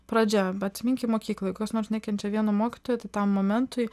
pradžia atsiminkim mokykloj kas nors nekenčia vieno mokytojo tai tam momentui